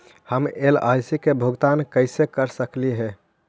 हम एल.आई.सी के भुगतान कैसे कर सकली हे?